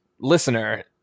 Listener